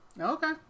Okay